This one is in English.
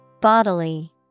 Bodily